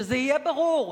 שזה יהיה ברור.